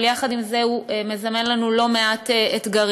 אבל יחד עם זה הוא מזמן לנו לא מעט אתגרים.